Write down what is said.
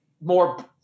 more